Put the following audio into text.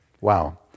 Wow